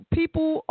people